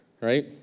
right